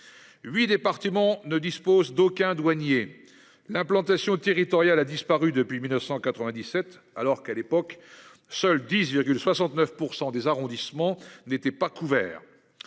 Huit départements ne dispose d'aucun douanier l'implantation territoriale a disparu depuis 1997 alors qu'à l'époque seules 10,69% des arrondissements n'étaient pas couverts.